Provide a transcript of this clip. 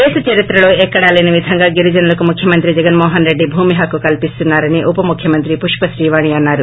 దేశ చరిత్రలో ఎక్కడ లేని విధంగా గిరిజనులకు ముఖ్యమంత్రి జగన్నోహన రెడ్డి భూమి హక్కు కల్పిస్తున్నా రని ఉప ముఖ్యమంత్రి పుష్ప శ్రీవాణి అన్నారు